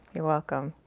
you're welcome.